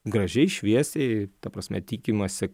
gražiai šviesiai ta prasme tikimasi